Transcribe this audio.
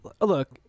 look